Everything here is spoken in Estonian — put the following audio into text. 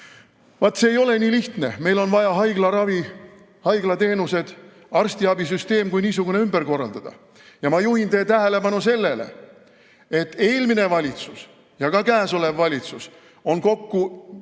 see ei ole nii lihtne. Meil on vaja haiglaravi, haiglateenused, arstiabisüsteem kui niisugune ümber korraldada. Ja ma juhin teie tähelepanu sellele, et eelmine valitsus ja ka käesolev valitsus on kokku